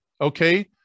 okay